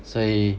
所以